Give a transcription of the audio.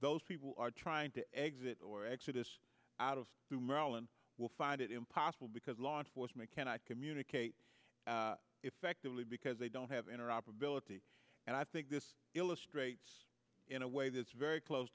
those people are trying to exit or exodus out of to maryland will find it impossible because law enforcement cannot communicate effectively because they don't have interoperability and i think this illustrates in a way that's very close